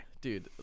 Dude